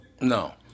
No